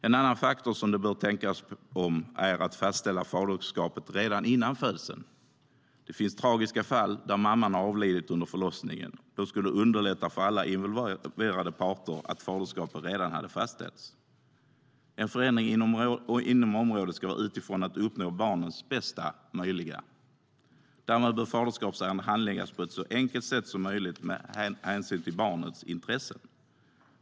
En annan faktor som det bör tänkas på handlar om att fastställa faderskapet redan före födseln av barnet. Det finns tragiska fall där mamman har avlidit under förlossningen. Då skulle det underlätta för alla involverade parter att faderskapet redan hade fastställts. En förändring inom området ska vara utifrån att man ska uppnå det bästa möjliga för barnet. Därmed bör faderskapsärenden handläggas på ett så enkelt sätt som möjligt med hänsyn till barnets intressen.